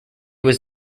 was